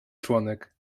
członek